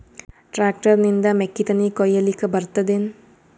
Tractor ನಿಂದ ಮೆಕ್ಕಿತೆನಿ ಕೊಯ್ಯಲಿಕ್ ಬರತದೆನ?